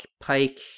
Pike